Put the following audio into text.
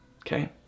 okay